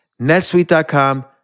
netsuite.com